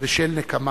ושל נקמה.